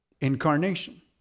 Incarnation